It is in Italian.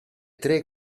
tre